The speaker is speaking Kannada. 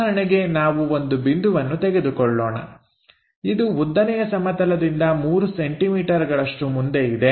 ಉದಾಹರಣೆಗೆ ನಾವು ಒಂದು ಬಿಂದುವನ್ನು ತೆಗೆದುಕೊಳ್ಳೋಣ ಇದು ಉದ್ದನೆಯ ಸಮತಲದಿಂದ 3 ಸೆಂಟಿಮೀಟರ್ಗಳಷ್ಟು ಮುಂದೆ ಇದೆ